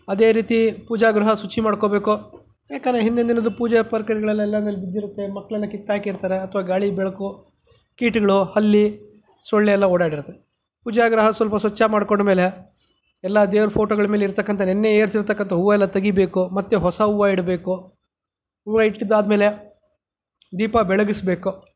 ಅದೇ ರೀತಿ ಪೂಜಾಗೃಹ ಶುಚಿ ಮಾಡ್ಕೋಬೇಕು ಯಾಕಂದರೆ ಹಿಂದಿನ ದಿನದ ಪೂಜೆ ಪರಿಕರಗಳೆಲ್ಲ ಎಲ್ಲಂದ್ರಲ್ಲಿ ಬಿದ್ದಿರುತ್ತೆ ಮಕ್ಕಳೆಲ್ಲ ಕಿತ್ತಾಕಿರ್ತಾರೆ ಅಥವಾ ಗಾಳಿ ಬೆಳಕು ಕೀಟಗಳು ಹಲ್ಲಿ ಸೊಳ್ಳೆ ಎಲ್ಲ ಓಡಾಡಿರುತ್ತೆ ಪೂಜಾಗೃಹ ಸ್ವಲ್ಪ ಸ್ವಚ್ಚ ಮಾಡ್ಕೊಂಡ ಮೇಲೆ ಎಲ್ಲ ದೇವರ ಫೋಟೋಗಳ ಮೇಲೆ ಇರತಕ್ಕಂಥ ನಿನ್ನೆ ಏರ್ಸಿರ್ತಕ್ಕಂತ ಹೂವು ಎಲ್ಲ ತೆಗಿಬೇಕು ಮತ್ತು ಹೊಸ ಹೂವು ಇಡಬೇಕು ಹೂವು ಇಟ್ಟಿದಾದ್ಮೇಲೆ ದೀಪ ಬೆಳಗಿಸ್ಬೇಕು